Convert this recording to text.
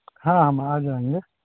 ہاں ہم آ جائیں گے